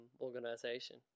organization